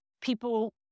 people